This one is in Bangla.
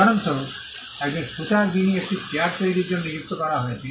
উদাহরণস্বরূপ একজন ছুতার যিনি একটি চেয়ার তৈরির জন্য নিযুক্ত করা হয়েছে